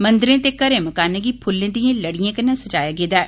मंदरे ते घरे मकाने गी फुल्लें दिए लाड़ियें कन्नै सजाया गेदा ऐ